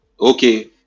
okay